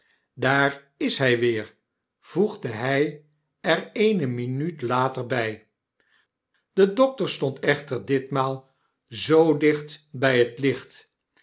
daar is hy weer voegde hy er eene minuut later by de dokter stond echter ditmaal zoo dicht bij het licht